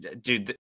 dude